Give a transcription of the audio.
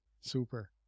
Super